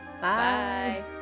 bye